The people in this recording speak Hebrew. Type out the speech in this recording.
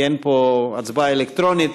כי אין פה הצבעה אלקטרונית.